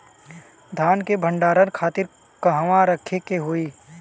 धान के भंडारन खातिर कहाँरखे के होई?